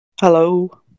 Hello